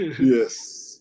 Yes